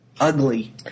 ugly